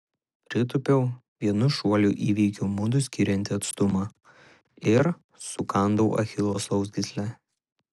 pritūpiau vienu šuoliu įveikiau mudu skiriantį atstumą ir sukandau achilo sausgyslę